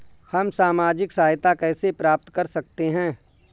हम सामाजिक सहायता कैसे प्राप्त कर सकते हैं?